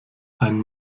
ein